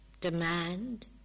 demand